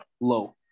low